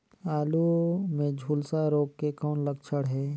आलू मे झुलसा रोग के कौन लक्षण हे?